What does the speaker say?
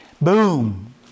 boom